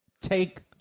take